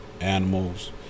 animals